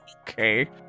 okay